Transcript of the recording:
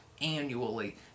annually